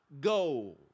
goal